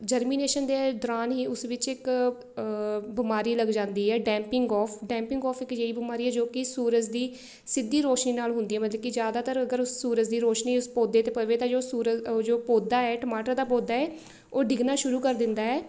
germination ਦੇ ਦੌਰਾਨ ਹੀ ਉਸ ਵਿੱਚ ਇੱਕ ਬਿਮਾਰੀ ਲੱਗ ਜਾਂਦੀ ਹੈ ਡੈਂਪਿੰਗ ਔਫ ਡੈਂਪਿੰਗ ਔਫ ਇੱਕ ਅਜਿਹੀ ਬਿਮਾਰੀ ਹੈ ਜੋ ਕਿ ਸੂਰਜ ਦੀ ਸਿੱਧੀ ਰੋਸ਼ਨੀ ਨਾਲ ਹੁੰਦੀ ਹੈ ਮਤਲਬ ਕਿ ਜ਼ਿਆਦਾਤਰ ਅਗਰ ਉਸ ਸੂਰਜ ਦੀ ਰੋਸ਼ਨੀ ਉਸ ਪੌਦੇ 'ਤੇ ਪਵੇ ਤਾਂ ਜੋ ਸੂਰਜ ਅ ਜੋ ਪੌਦਾ ਹੈ ਟਮਾਟਰ ਦਾ ਪੌਦਾ ਹੈ ਉਹ ਡਿੱਗਣਾ ਸ਼ੁਰੂ ਕਰ ਦਿੰਦਾ ਹੈ